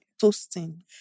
Toasting